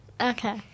Okay